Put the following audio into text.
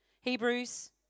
Hebrews